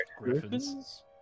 griffins